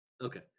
okay